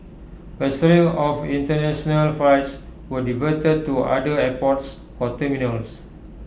A string of International flights were diverted to other airports or terminals